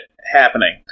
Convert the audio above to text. happening